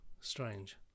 strange